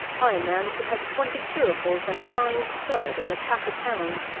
why, a man could have twenty curricles, and a fine stud, and a pack of hounds,